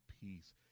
peace